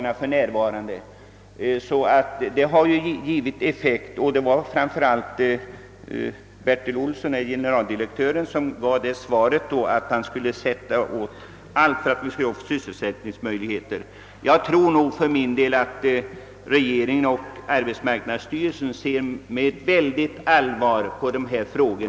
Min fråga hade sålunda stor effekt, främst tack vare generaldirektör Bertil Olsson i arbetsmarknadsstyrelsen, som lovade att sätta till alla klutar för att skapa sysselsättningsmöjligheter. Även regeringen och arbetsmarknadsstyrelsen tror jag ser med mycket stort allvar på dessa frågor.